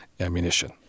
ammunition